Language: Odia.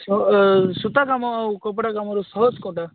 ସ ସୂତା କାମ ଆଉ କପଡ଼ା କାମରେ ଫରକ କ'ଣଟା